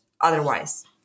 otherwise